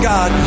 God